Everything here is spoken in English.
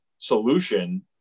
solution